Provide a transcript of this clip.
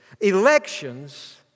Elections